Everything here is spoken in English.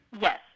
Yes